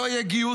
לא יהיה גיוס.